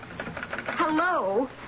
Hello